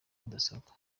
mudasobwa